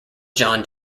john